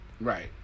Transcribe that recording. Right